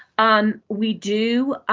um we do,